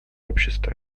обществе